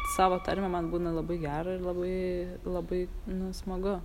savo tarme man būna labai gera ir labai labai nu smagu